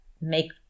make